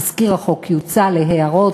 תזכיר החוק יוצא להערות,